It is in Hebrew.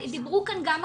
דיברו כאן גם אחרים,